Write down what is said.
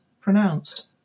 pronounced